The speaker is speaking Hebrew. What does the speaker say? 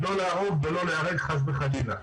לא להרוג ולא להיהרג חס וחלילה.